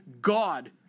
God